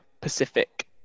Pacific